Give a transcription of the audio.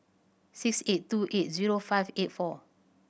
six eight two eight zero five eight four